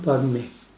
pardon me